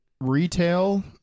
retail